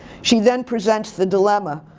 she then presents the dilemma.